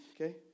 okay